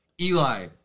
Eli